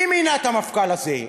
מי מינה את המפכ"ל הזה?